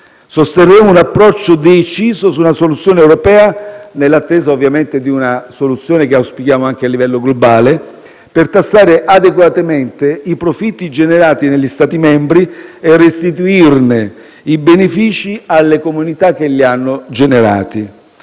Sosterremo un approccio deciso sulla soluzione europea, nell'attesa di una soluzione che auspichiamo anche a livello globale, per tassare adeguatamente i profitti generati negli Stati membri e restituirne i benefici alle comunità che hanno contribuito